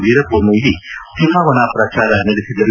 ವೀರಪ್ಪ ಮೊಯ್ಲಿ ಚುನಾವಣಾ ಪ್ರಚಾರ ನಡೆಸಿದರು